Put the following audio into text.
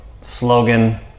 slogan